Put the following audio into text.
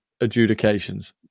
adjudications